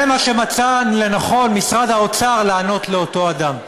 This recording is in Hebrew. זה מה שמצא לנכון משרד האוצר לענות לאותו אדם: